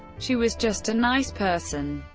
she was just a nice person.